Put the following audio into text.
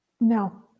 No